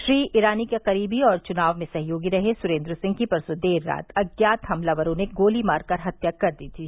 श्रीमती ईरानी के करीबी और चुनाव में सहयोगी रहे सुरेन्द्र सिंह की परसों देर रात अज्ञात हमलावरों ने गोली मारकर हत्या कर दी थी